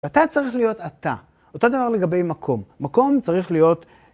אתה צריך להיות אתה. אותו דבר לגבי מקום. מקום צריך להיות...